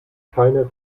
keine